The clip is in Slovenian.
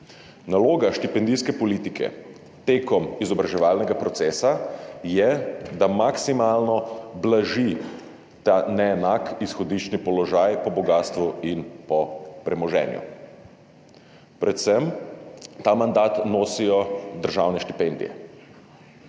Naloga štipendijske politike med izobraževalnim procesom je, da maksimalno blaži ta neenak izhodiščni položaj po bogastvu in po premoženju. Predvsem ta mandat nosijo državne štipendije.